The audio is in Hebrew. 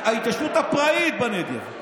ההתיישבות הפראית בנגב.